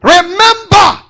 Remember